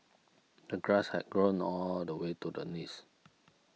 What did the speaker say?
the grass had grown all the way to the knees